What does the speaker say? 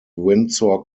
windsor